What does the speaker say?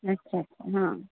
अच्छा हां